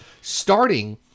Starting